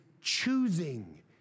choosing